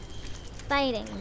fighting